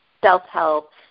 self-help